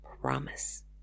Promise